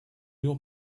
your